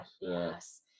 Yes